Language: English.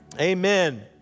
Amen